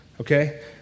okay